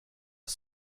jag